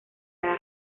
haga